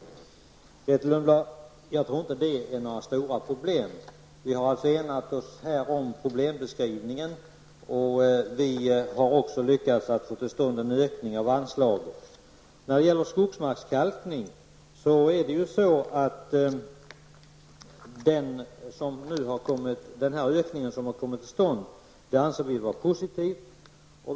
Grethe Lundblad, jag tror inte att det är några stora problem. Vi har enat oss om problembeskrivningen. Vi har också lyckats att få till stånd en ökning av anslaget. Den ökning som har kommit till stånd när det gäller skogsmarkskalkning anser vi vara positiv.